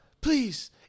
please